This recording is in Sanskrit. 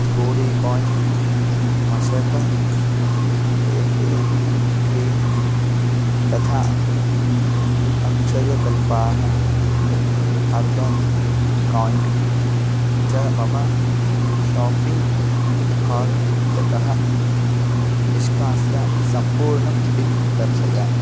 बोडी कोय् मशक रेकेल् क्रीं तथा अक्षयकल्पाः आर्गानिक् काय्न् च मम शापिङ्ग् कार्ट् इत्यतः निष्कास्य सम्पूर्णं बिल् दर्शय